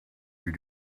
you